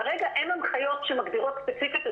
כרגע אין הנחיות שמגדירות ספציפית,